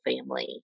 family